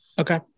Okay